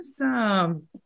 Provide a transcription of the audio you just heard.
Awesome